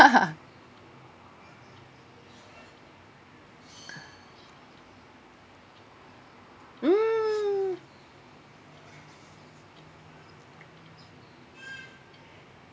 mm